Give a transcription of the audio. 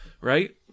Right